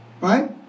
Right